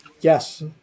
Yes